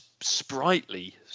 Sprightly